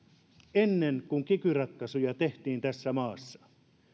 ennen kuin kiky ratkaisuja tehtiin tässä maassa